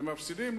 מפסידים?